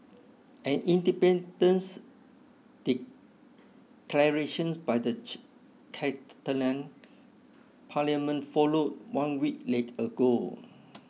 an independence declaration by the Catalan parliament followed one week ago